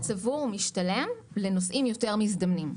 ערך צבור משתלם לנוסעים יותר מזדמנים.